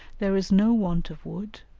there is no want of wood,